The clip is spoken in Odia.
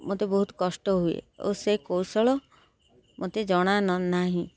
ମୋତେ ବହୁତ କଷ୍ଟ ହୁଏ ଓ ସେ କୌଶଳ ମୋତେ ଜଣା ନାହିଁ